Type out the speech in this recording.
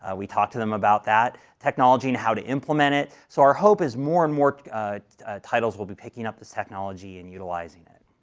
ah we talk to them about it, technology and how to implement it, so our hope is more and more titles will be picking up this technology and utilizing it.